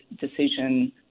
decision